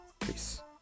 Peace